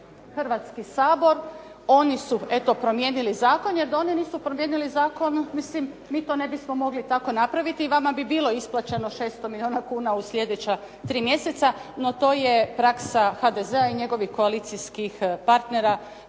Hrvatski sabor. Oni su eto promijenili zakon. Jer da oni nisu promijenili zakon, mislim mi to ne bismo mogli tako napraviti i vama bi bilo isplaćeno 600 milijuna kuna u sljedeća tri mjeseca. No to je praksa HDZ-a i njegovih koalicijskih partnera